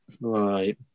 Right